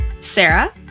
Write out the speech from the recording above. Sarah